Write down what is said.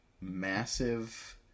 massive